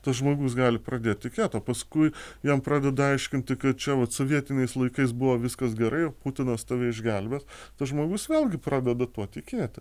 tas žmogus gali pradėt tikėt o paskui jam pradeda aiškinti kad čia vat sovietiniais laikais buvo viskas gerai ir putinas tave išgelbės tas žmogus vėlgi pradeda tuo tikėti